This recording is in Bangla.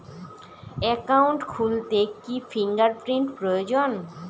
একাউন্ট খুলতে কি ফিঙ্গার প্রিন্ট প্রয়োজন?